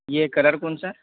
ये कलर कौनसा है